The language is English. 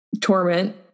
torment